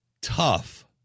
tough